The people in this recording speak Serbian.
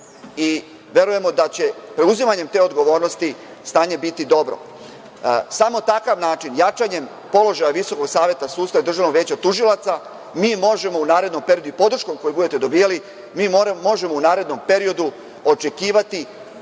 i verujemo da će preuzimanjem te odgovornosti stanje biti dobro. Samo takav način, jačanjem položaja VSS i Državnog veća tužilaca mi možemo u narednom periodu i podrškom koju budete dobijali, mi možemo u narednom periodu očekivati